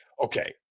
Okay